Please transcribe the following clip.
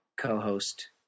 co-host